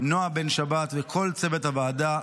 נעה בן שבת וכל צוות הוועדה.